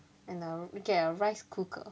and a get a rice cooker